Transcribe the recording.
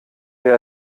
wer